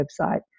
website